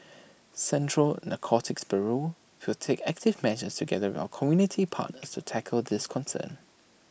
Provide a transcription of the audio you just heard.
central narcotics bureau will take active measures together with our community partners to tackle this concern